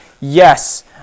Yes